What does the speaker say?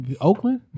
Oakland